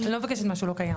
אני לא מבקשת משהו לא קיים.